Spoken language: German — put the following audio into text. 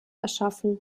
erschaffen